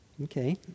Okay